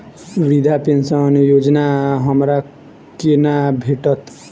वृद्धा पेंशन योजना हमरा केना भेटत?